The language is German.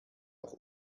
auch